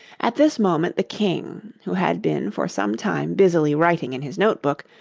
at this moment the king, who had been for some time busily writing in his note-book,